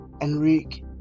Enrique